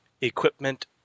equipment